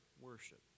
worship